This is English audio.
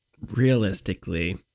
realistically